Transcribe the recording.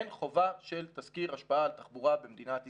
אין חובה של תסקיר השפעה על תחבורה במדינת ישראל,